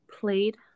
played